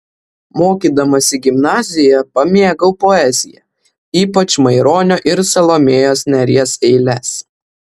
mokydamasi gimnazijoje pamėgau poeziją ypač maironio ir salomėjos nėries eiles